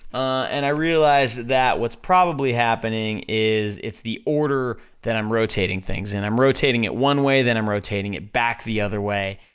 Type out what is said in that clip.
and i realized that what's probably happening is, it's the order that i'm rotating things in, i'm rotating it one way, then i'm rotating it back the other way,